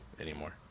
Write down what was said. anymore